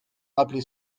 rappeler